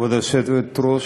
כבוד היושבת-ראש,